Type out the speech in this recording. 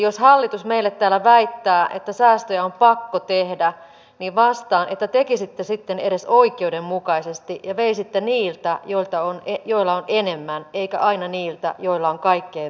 jos hallitus meille täällä väittää että säästöjä on pakko tehdä niin vastaan että tekisitte sitten edes oikeudenmukaisesti ja veisitte niiltä joilla on enemmän ettekä aina niiltä joilla on kaikkein vähiten